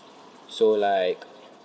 so like